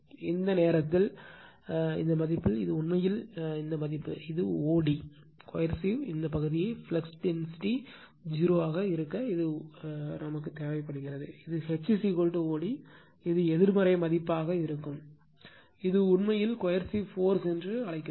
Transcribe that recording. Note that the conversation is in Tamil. எனவே இந்த நேரத்தில் இந்த மதிப்பில் இது உண்மையில் இந்த மதிப்பு இது o d கோயர்சிவ் இந்த பகுதியை ஃப்ளக்ஸ் டென்சிட்டி 0 ஆக இருக்க இது od தேவைப்படுகிறது இது H od இது எதிர்மறை மதிப்பாக இருக்கும் இது உண்மையில் கோயர்சிவ் போர்ஸ் என்று அழைக்கப்படுகிறது